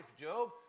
Job